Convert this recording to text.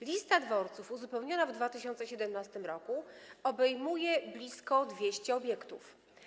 Lista dworców uzupełniona w 2017 r. obejmuje blisko 200 obiektów.